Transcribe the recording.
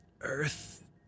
Earth